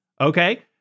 Okay